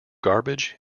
garbage